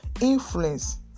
influence